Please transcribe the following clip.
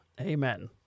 Amen